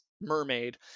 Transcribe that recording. mermaid